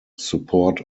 support